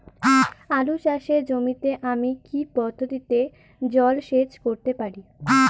আলু চাষে জমিতে আমি কী পদ্ধতিতে জলসেচ করতে পারি?